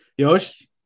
Yosh